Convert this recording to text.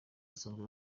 basanzwe